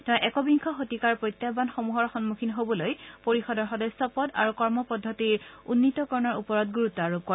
তেওঁ একবিংশ শতিকাৰ প্ৰত্যাহ্বানসমূহৰ সন্মুখীন হ'বলৈ পৰিষদৰ সদস্যপদ আৰু কৰ্ম পদ্ধতিৰ উন্নিতকৰণৰ ওপৰত তেওঁ গুৰুত্ব আৰোপ কৰে